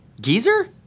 Geezer